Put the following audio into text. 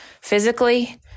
physically